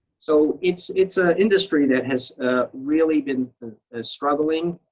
so it's it's a industry that has really been struggling.